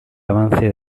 avance